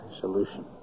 solution